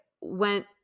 went